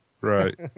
Right